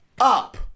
up